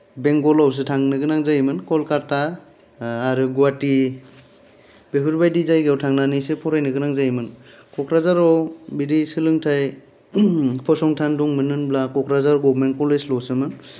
बेंगलावसो थांनो गोनां जायोमोन कलकाता ओ आरो गुहाटी बेफोरबायदि जायगायाव थांनानैसो फरायनो गोनां जायोमोन क'क्राझाराव बिदि सोलोंथाय फसंथान दंमोन होनब्ला क'क्राझार गभमेन्ट कलेजल'सोमोन